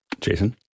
Jason